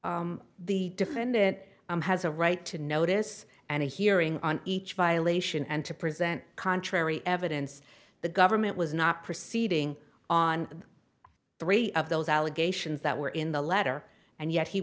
violations the defendant has a right to notice and a hearing on each violation and to present contrary evidence the government was not proceeding on three of those allegations that were in the letter and yet he